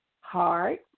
hard